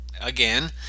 again